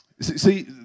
See